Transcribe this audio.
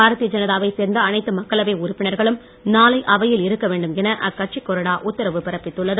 பாரதிய ஜனதாவை சேர்ந்த அனைத்து மக்களவை உறுப்பினர்களும் நாளை அவையில் இருக்க வேண்டும் என அக்கட்சி கொறடா உத்தரவு பிறப்பித்துள்ளது